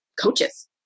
coaches